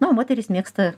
na o moterys mėgsta